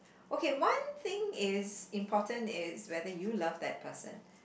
okay one thing is important is whether you love that person